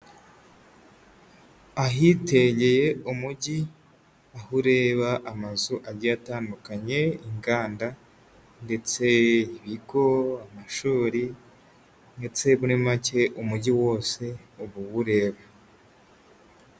Ahitegeye umujyi, aho ureba amazu agiye atandukanye, inganda ndetse ibigo, amashuri ndetse muri make umujyi wose uba uwureba.